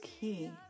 key